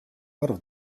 arv